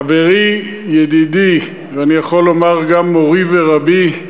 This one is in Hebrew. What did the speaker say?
חברי, ידידי, ואני יכול לומר גם מורי ורבי,